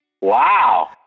Wow